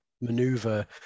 maneuver